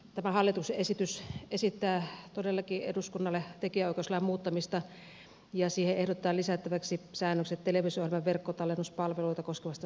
tämä hallituksen esitys esittää todellakin eduskunnalle tekijänoikeuslain muuttamista ja siihen ehdotetaan lisättäväksi säännökset televisio ohjelmien verkkotallennuspalveluita koskevasta sopimuslisenssistä